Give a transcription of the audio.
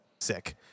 sick